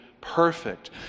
perfect